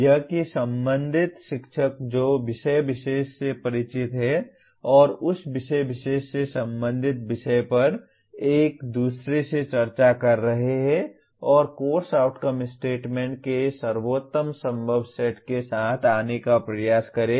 यह कि संबंधित शिक्षक जो विषय विशेष से परिचित हैं और उस विषय विशेष से संबंधित विषय पर एक दूसरे से चर्चा कर रहे हैं और कोर्स आउटकम स्टेटमेंट के सर्वोत्तम संभव सेट के साथ आने का प्रयास करें